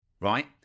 right